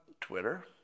Twitter